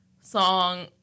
song